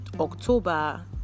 October